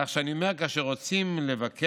כך שאני אומר שכשרוצים לבקש